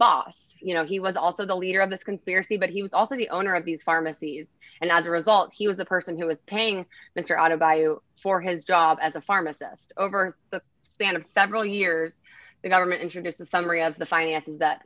boss you know he was also the leader of this conspiracy but he was also the owner of these pharmacies and as a result he was the person who was paying mr on a bio for his job as a pharmacist over the span of several years the government introduced a summary of the finances that